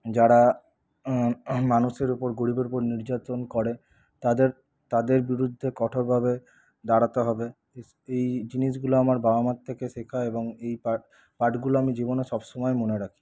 যারা মানুষের উপর গরিবের উপর নির্যাতন করে তাদের তাদের বিরুদ্ধে কঠোরভাবে দাঁড়াতে হবে এই জিনিসগুলো আমার বাবা মার থেকে শেখা এবং এই পাঠ পাঠগুলো আমি জীবনে সবসময় মনে রাখি